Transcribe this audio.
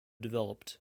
developed